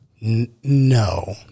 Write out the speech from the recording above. no